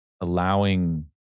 allowing